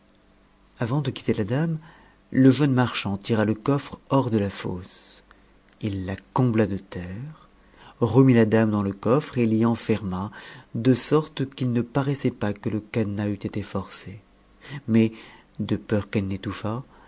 avant de quitter la dame le jeune marchand tira le coffre hors de la fosse il la combla de terre remit la dame dans le coffre et l'y enferma de sorte qu'il ne paraissait pas que e cadenas eût été ibrcé mais de peur qu'eite